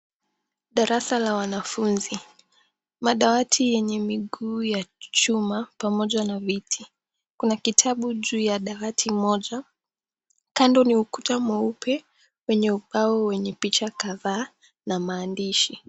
Darasa la wanafunzi. Madawati yenye miguu ya chuma pamoja na viti. Kuna kitabu juu ya dawati moja. Kando ni ukuta mweupe wenye ubao wenye picha kadhaa na maandishi.